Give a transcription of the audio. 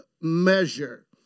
measure